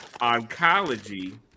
Oncology